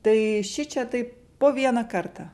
tai šičia tai po vieną kartą